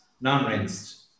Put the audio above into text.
non-rinsed